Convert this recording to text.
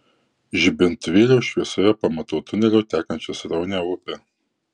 žibintuvėlio šviesoje pamatau tuneliu tekančią sraunią upę